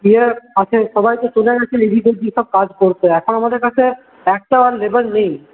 যে থাকে সবাই তো চলে গেছে নিজেদের যেসব কাজ করতে এখন আমাদের কাছে একটাও আর লেবার নেই